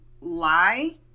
lie